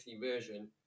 version